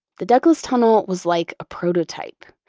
the douglas tunnel was like a prototype.